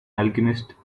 alchemist